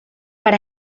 per